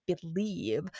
believe